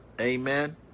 Amen